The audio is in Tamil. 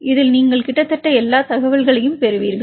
இதில் நீங்கள் கிட்டத்தட்ட எல்லா தகவல்களையும் பெறுவீர்கள்